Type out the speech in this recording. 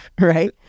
Right